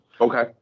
Okay